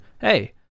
hey